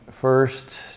first